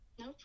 No